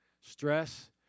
stress